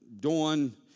dawn